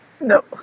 No